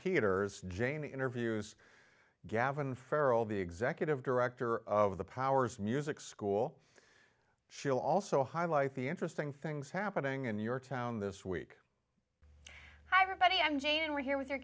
peters jane interviews gavin farrel the executive director of the powers of music school she'll also highlight the interesting things happening in your town this week hi everybody i'm jane and we're here with